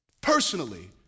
personally